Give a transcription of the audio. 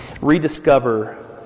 rediscover